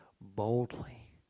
boldly